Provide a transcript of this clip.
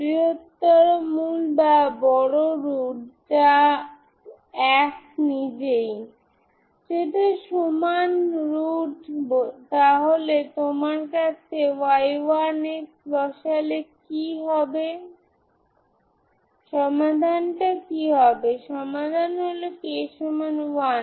সুতরাং আপনি এখন এটি একসাথে রাখতে পারেন সমস্ত ইগেনফাংশন্স ইগেনভ্যালুস ছিল